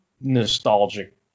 nostalgic